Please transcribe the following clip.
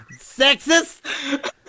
Sexist